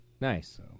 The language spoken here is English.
Nice